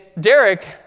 Derek